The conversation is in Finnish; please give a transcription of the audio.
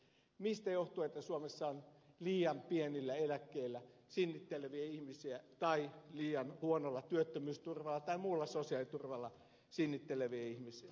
mistä johtuu että suomessa on liian pienillä eläkkeillä sinnitteleviä ihmisiä tai liian huonolla työttömyysturvalla tai muulla sosiaaliturvalla sinnitteleviä ihmisiä